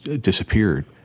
disappeared